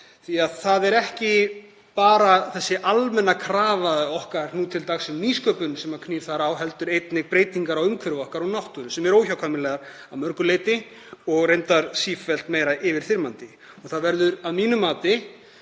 Það er ekki bara þessi almenna krafa okkar nú til dags um nýsköpun sem knýr þar á heldur einnig breytingar á umhverfi okkar og náttúru, sem er óhjákvæmilegar að mörgu leyti og verða reyndar sífellt meira yfirþyrmandi. Það verður að mínu mati